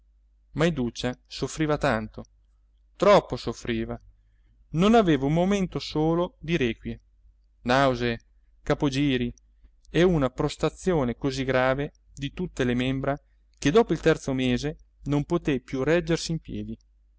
ma iduccia soffriva tanto troppo soffriva non aveva un momento solo di requie nausee capogiri e una prostrazione così grave di tutte le membra che dopo il terzo mese non poté più reggersi in piedi